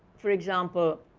for example,